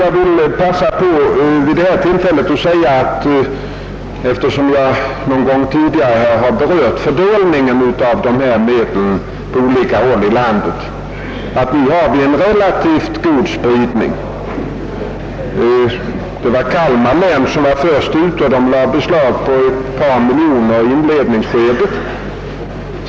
Jag vill passa på att vid detta tillfälle säga, eftersom jag någon gång tidigare har berört fördelningen av dessa medel på olika håll i landet, att vi nu har en relativt god spridning. Kalmar län var först ute och lade beslag på ett par miljoner kronor i inledningsskedet.